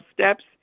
steps